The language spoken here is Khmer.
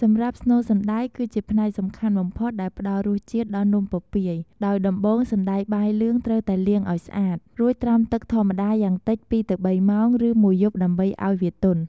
សម្រាប់់ស្នូលសណ្តែក គឺជាផ្នែកសំខាន់បំផុតដែលផ្តល់រសជាតិ ដល់នំពពាយ ដោយដំបូង សណ្ដែកបាយលឿង ត្រូវតែលាងឲ្យស្អាត រួចត្រាំទឹកធម្មតាយ៉ាងតិច ២-៣ ម៉ោង ឬមួយយប់ដើម្បីឲ្យវាទន់។។